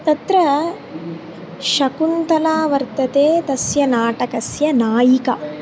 तत्र शकुन्तला वर्तते तस्य नाटकस्य नायिका